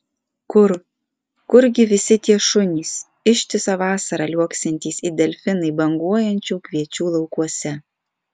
kur kurgi visi tie šunys ištisą vasarą liuoksintys it delfinai banguojančių kviečių laukuose